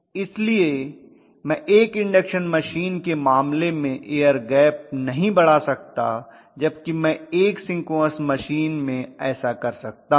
इसलिए मैं एक इंडक्शन मशीन के मामले में एयर गैप नहीं बढ़ा सकता जबकि मैं एक सिंक्रोनस मशीन में ऐसा कर सकता हूं